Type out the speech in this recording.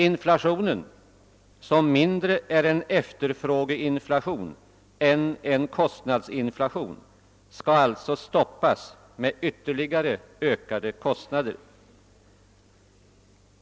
Inflationen, som mindre är en efterfrågeinflation än en kostnadsinflation, skall alltså stoppas med ytterligare ökade kostnader.